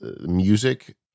music